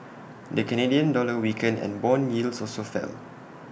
the Canadian dollar weakened and Bond yields also fell